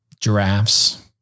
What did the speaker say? giraffes